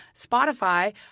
Spotify